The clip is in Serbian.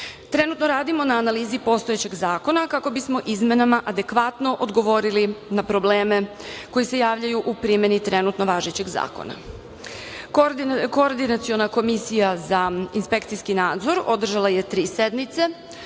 radimo na analizi postojećeg zakona kako bismo izmenama adekvatno odgovorili na probleme koji se javljaju u primeni trenutno važećeg zakona. Koordinaciona komisija za inspekcijski nadzor održala je tri sednice,